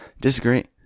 Disagree